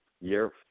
year